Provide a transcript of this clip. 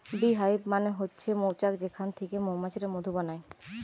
bee hive মানে হচ্ছে মৌচাক যেখান থিকে মৌমাছিরা মধু বানায়